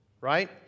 right